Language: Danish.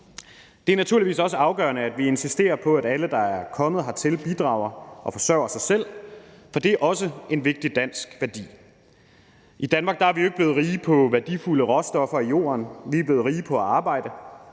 Det er naturligvis også afgørende, at vi insisterer på, at alle, der er kommet hertil, bidrager og forsørger sig selv, for det er også en vigtig dansk værdi. I Danmark er vi ikke blevet rige på værdifulde råstoffer i jorden. Vi er blevet rige på at arbejde;